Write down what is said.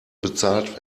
bezahlt